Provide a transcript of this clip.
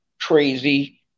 crazy